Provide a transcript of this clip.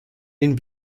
den